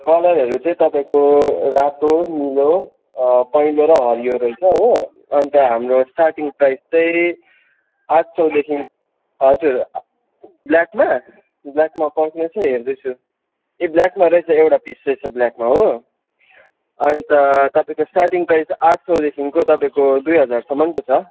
कलरहरू चाहिँ तपाईँको रातो निलो पहेँलो र हरियो रहेछ हो अन्त हाम्रो स्टार्टिङ प्राइस चाहिँ आठ सौदेखि हजुर ब्ल्याकमा ब्ल्याकमा पर्खिनुहोस् है हेर्दैछु ए ब्ल्याकमा रहेछ एउटा पिस रहेछ ब्ल्याकमा हो अन्त तपाईँको स्टार्टिङ प्राइस चाहिँ आठ सौदेखिको तपाईँको दुई हजारसम्मको छ